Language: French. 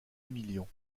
émilion